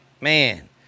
Man